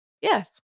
Yes